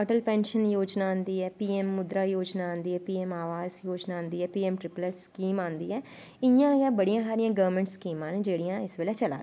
Atal pension योजना आंदी ऐ पी ऐम मुदरा योजना आंदी ऐ पी ऐम आभास योजना आंदी ऐ पी ऐम ट्रिपल स्कीम आंदी ऐ इयां गै बड़ियां सारियां गौरमैंट स्कीमां न जेह्ड़ियां इस बेल्लै चला दियां न